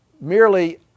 merely